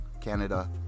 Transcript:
Canada